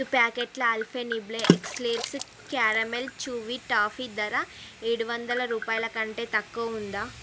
ఐదు ప్యాకెట్ల Alpenliebe eclairs caramel chewy toffee ధర ఏడు వందల రూపాయలకంటే తక్కువ ఉందా